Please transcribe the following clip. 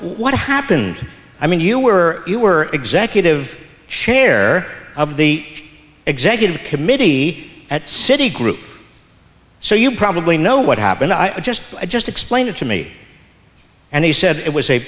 what happened i mean you were you were executive share of the executive committee at citi group so you probably know what happened i just i just explained it to me and he said it was a